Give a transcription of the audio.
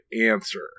answer